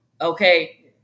Okay